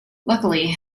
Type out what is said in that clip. luckily